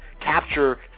capture